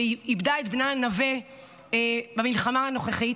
שאיבדה את בנה נוה במלחמה הנוכחית.